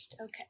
Okay